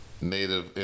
native